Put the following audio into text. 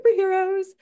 superheroes